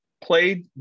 played